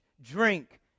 drink